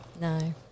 No